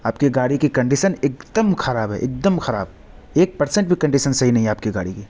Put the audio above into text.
آپ کی گاڑی کی کنڈیشن ایک دم خراب ہے ایک دم خراب ایک پرسنٹ بھی کنڈیشن صحیح نہیں ہے آپ کی گاڑی کی